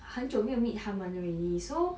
很久没有 meet 他们 already so